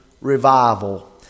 revival